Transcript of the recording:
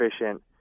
efficient